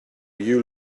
you